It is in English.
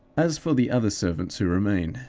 as for the other servants who remain,